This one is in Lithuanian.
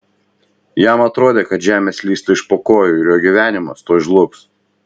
jam atrodė kad žemė slysta iš po kojų ir jo gyvenimas tuoj žlugs